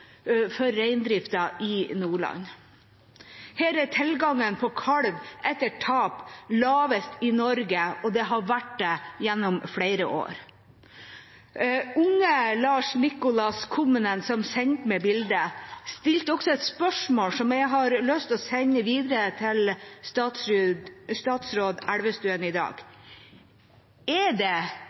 for reindriften i Nordland. Her er tilgangen på kalv etter tap lavest i Norge, og det har det vært gjennom flere år. Unge Lars Nikolas Kuhmunen, som sendte meg bildet, stilte også et spørsmål som jeg har lyst til å sende videre til statsråd Elvestuen i dag: Er det